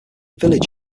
village